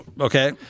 Okay